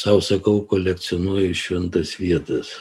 sau sakau kolekcionuoju šventas vietas